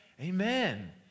amen